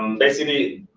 um basically,